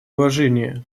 уважении